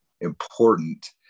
important